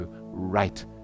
right